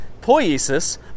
Poiesis